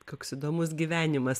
koks įdomus gyvenimas